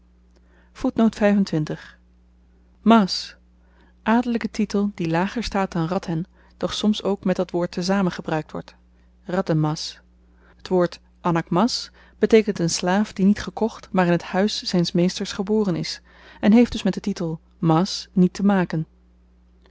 maas adelyke titel die lager staat dan radhen doch soms ook met dat woord tezamen gebruikt wordt radhen maas t woord annak maas beteekent een slaaf die niet gekocht maar in t huis zyns meesters geboren is en heeft dus met den titel maas niet te maken